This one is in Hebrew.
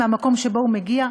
מהמקום שממנו הוא מגיע,